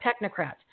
technocrats